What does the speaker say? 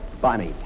Bonnie